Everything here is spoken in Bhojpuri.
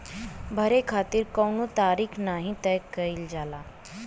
भरे खातिर कउनो तारीख नाही तय कईल जाला